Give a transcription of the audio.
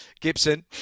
Gibson